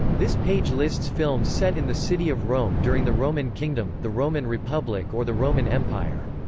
this page lists films set in the city of rome during the roman kingdom, the roman republic or the roman empire.